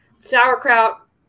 sauerkraut